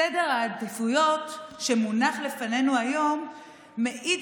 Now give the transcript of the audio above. סדר העדיפויות שמונח לפנינו היום מעיד